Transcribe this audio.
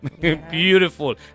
beautiful